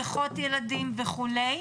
בריכות ילדים וכו',